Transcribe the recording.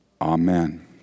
Amen